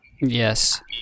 Yes